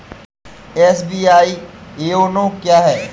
SBI YONO क्या है?